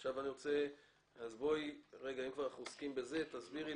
אם אנחנו כבר עוסקים בזה, תסבירי